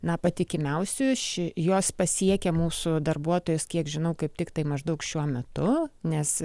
na patikimiausiųjų ši jos pasiekia mūsų darbuotojus kiek žinau kaip tiktai maždaug šiuo metu nes